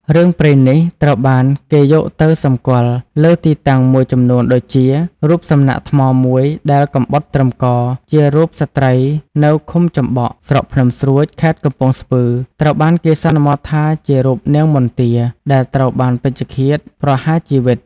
រឿងព្រេងនេះត្រូវបានគេយកទៅសម្គាល់លើទីតាំងមួយចំនួនដូចជា រូបសំណាកថ្មមួយដែលកំបុតត្រឹមក ជារូបស្ត្រីនៅឃុំចំបក់ ស្រុកភ្នំស្រួច ខេត្តកំពង់ស្ពឺ ត្រូវបានគេសន្មតថាជារូបនាងមន្ទា ដែលត្រូវបានពេជ្ឈឃាតប្រហារជីវិត។